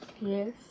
Yes